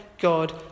God